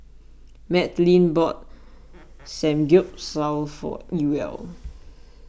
Madlyn bought Samgyeopsal for Ewell